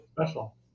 Special